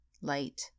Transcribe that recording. light